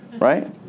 right